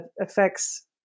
affects